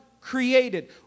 created